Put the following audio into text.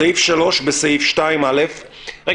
אני